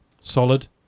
Solid